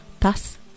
thus